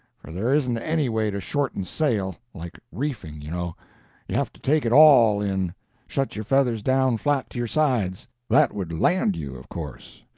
for there isn't anyway to shorten sail like reefing, you know you have to take it all in shut your feathers down flat to your sides. that would land you, of course.